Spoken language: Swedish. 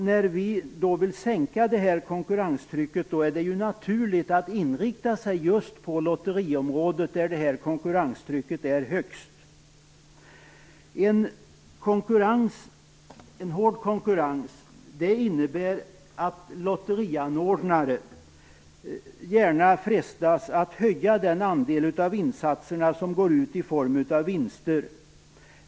När vi då vill sänka detta konkurrenstryck är det ju naturligt att inrikta sig på just lotteriområdet, där konkurrenstrycket är högst. En hård konkurrens innebär att lotterianordnare gärna frestas att höja den del av insatserna som utgår i form av vinster.